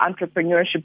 entrepreneurship